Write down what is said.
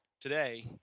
Today